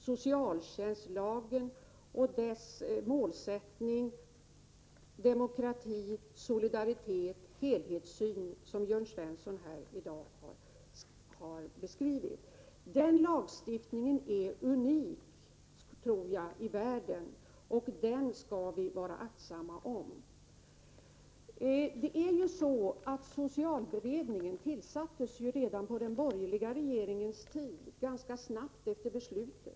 Socialtjänstlagen och dess målsättning — demokrati, solidaritet, helhetssyn — vilken Jörn Svensson här i dag har beskrivit är som lagstiftning unik i världen, tror jag, och denna lagstiftning skall vi vara aktsamma om. Socialberedningen tillsattes ju redan under de borgerligas regeringstid, ganska snabbt efter beslutet.